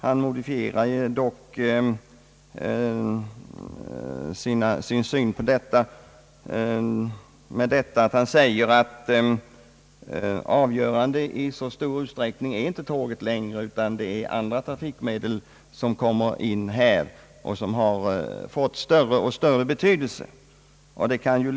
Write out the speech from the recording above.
Han modifierade dock sin syn på detta med att säga att tåget inte längre är avgörande i så stor utsträckning, utan det är andra trafikmedel som har fått större och större betydelse i detta sammanhang.